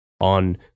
on